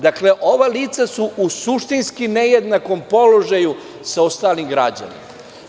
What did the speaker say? Dakle, ova lica su u suštinski nejednakom položaju sa ostalim građanima.